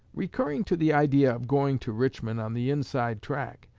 recurring to the idea of going to richmond on the inside track,